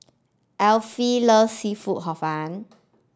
Alfie loves seafood Hor Fun